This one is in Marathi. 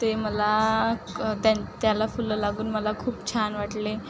ते मला क त्यां त्याला फुलं लागून मला खूप छान वाटले